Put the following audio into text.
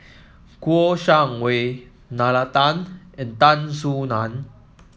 Kouo Shang Wei Nalla Tan and Tan Soo Nan